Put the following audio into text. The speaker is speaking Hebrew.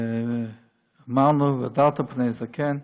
אמרנו "והדרת פני זקן".